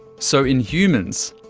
so, in humans,